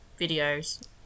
videos